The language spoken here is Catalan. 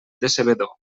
decebedor